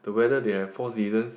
the weather they have four seasons